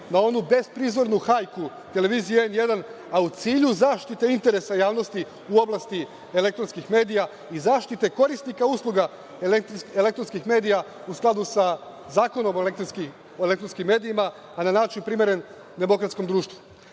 na onu besprizornu hajku Televizije N1, a u cilju zaštite interesa javnosti u oblasti elektronskih medija i zaštite korisnika usluga elektronskih medija, u skladu sa Zakonom o elektronskim medijima, a na način primeren demokratskom društvu? Ta